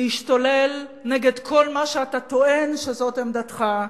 להשתולל נגד כל מה שאתה טוען שהוא עמדתך,